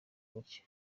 gutyo